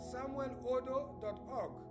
SamuelOdo.org